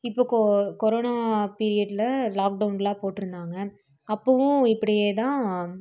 இப்போது கோ கொரோனா பீரியடில் லாக்டௌன்லாம் போட்டிருந்தாங்க அப்பவும் இப்படியே தான்